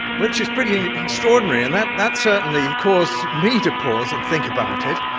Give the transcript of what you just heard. which is pretty extraordinary. and that that certainly caused me to pause and think about it.